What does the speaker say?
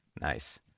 Nice